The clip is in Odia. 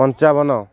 ପଞ୍ଚାବନ